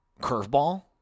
curveball